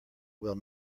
will